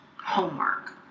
homework